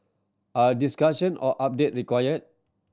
are discussion or update required